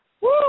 Woo